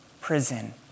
prison